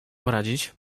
poradzić